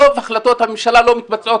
רוב החלטות הממשלה לא מתבצעות.